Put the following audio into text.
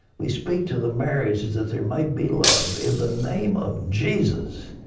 we speak to the marriages, that there might be love. in the name of jesus.